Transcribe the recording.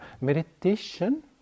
Meditation